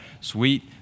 sweet